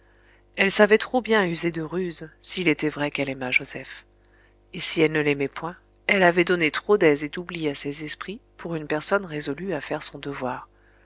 elle savait trop bien user de ruse s'il était vrai qu'elle aimât joseph et si elle ne l'aimait point elle avait donné trop d'aise et d'oubli à ses esprits pour une personne résolue à faire son devoir